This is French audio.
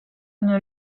une